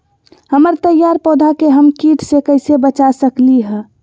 हमर तैयार पौधा के हम किट से कैसे बचा सकलि ह?